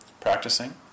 practicing